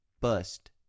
bust